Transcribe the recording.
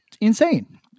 insane